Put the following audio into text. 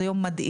זה יום מדהים.